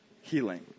healing